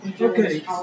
Okay